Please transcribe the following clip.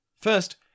First